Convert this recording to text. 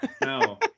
No